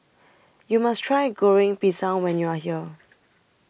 YOU must Try Goreng Pisang when YOU Are here